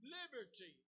liberty